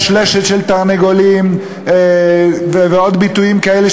לשלשת של תרנגולים ועוד ביטויים כאלה,